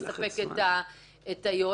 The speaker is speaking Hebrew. את היועץ,